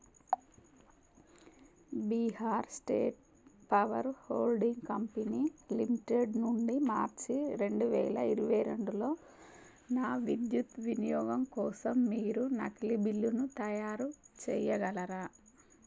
Bihar state power holding company limited నుండి మార్చి రెండు వేల ఇరవై రెండులో నా విద్యుత్ వినియోగం కోసం మీరు నకిలీ బిల్లును తయారు చెయ్యగలరా